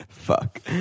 Fuck